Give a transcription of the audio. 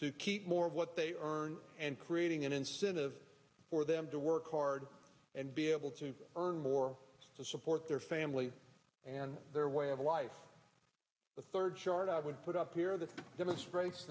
to keep more of what they are earning and creating an incentive for them to work hard and be able to earn more to support their family and their way of life the third chart i would put up here that demonstrates